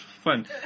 fun